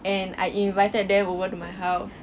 and I invited them over to my house